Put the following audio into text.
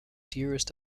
dearest